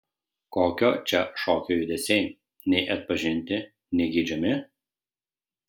kokio čia šokio judesiai nei atpažinti nei geidžiami